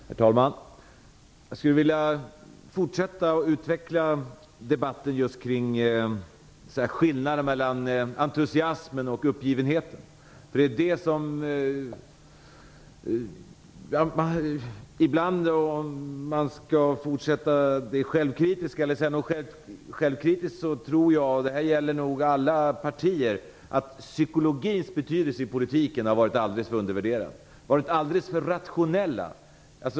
Herr talman! Jag skulle vilja fortsätta att utveckla debatten just kring skillnaden mellan entusiasmen och uppgivenheten. Om man skall säga något självkritiskt tror jag, och det här gäller nog alla partier, att psykologins betydelse i politiken har varit alldeles för undervärderad. Vi har varit alldeles för rationella.